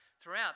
throughout